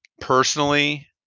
personally